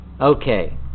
Okay